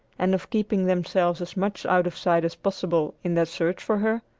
and of keeping themselves as much out of sight as possible in their search for her,